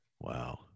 Wow